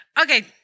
Okay